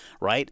right